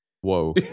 Whoa